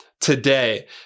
today